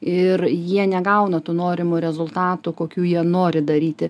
ir jie negauna tų norimų rezultatų kokių jie nori daryti